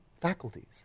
faculties